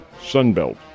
Sunbelt